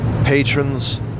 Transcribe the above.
Patrons